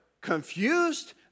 confused